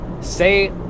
say